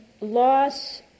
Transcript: loss